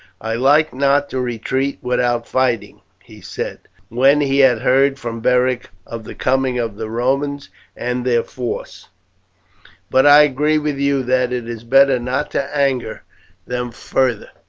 i like not to retreat without fighting, he said, when he had heard from beric of the coming of the romans and their force but i agree with you that it is better not to anger them farther.